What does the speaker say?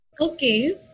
Okay